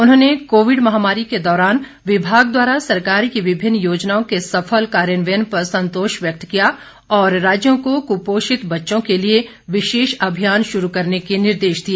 उन्होंने कोविड महामारी के दौरान विभाग द्वारा सरकार की विभिन्न योजनाओं के सफल कार्यान्वयन पर संतोष व्यक्त किया और राज्यों को कृपोषित बच्चों के लिए विशेष अभियान शुरू करने के निर्देश दिए